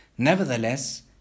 Nevertheless